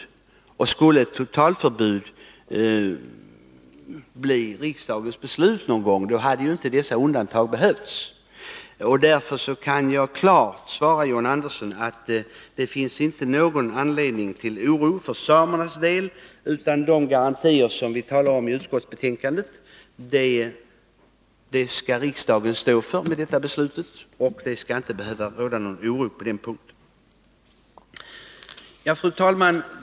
Men skulle ett totalförbud bli riksdagens beslut någon gång, hade ju dessa undantag inte behövts. Därför kan jag klart svara John Andersson att det inte finns någon anledning till oro för samernas del. Riksdagen skall stå för de garantier som vi talar om i utskottsbetänkandet, varför det inte skall behöva råda någon oro på den punkten. Fru talman!